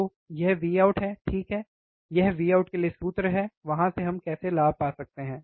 तो यह Vout है ठीक है यह Vout के लिए सूत्र है वहां से हम कैसे लाभ पा सकते हैं